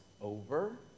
over